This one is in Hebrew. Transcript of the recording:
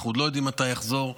אנחנו עוד לא יודעים מתי יחזור.